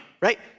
right